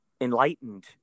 enlightened